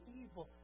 evil